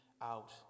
out